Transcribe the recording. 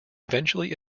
eventually